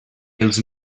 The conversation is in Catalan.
els